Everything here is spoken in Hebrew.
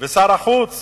ושר החוץ